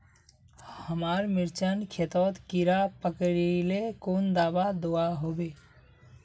हमार मिर्चन खेतोत कीड़ा पकरिले कुन दाबा दुआहोबे?